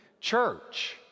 church